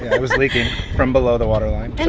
it was leaking from below the water line, and